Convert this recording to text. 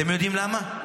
אתם יודעים למה?